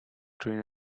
train